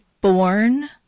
born